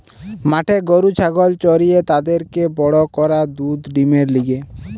মাঠে গরু ছাগল চরিয়ে তাদেরকে বড় করা দুধ ডিমের লিগে